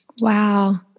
Wow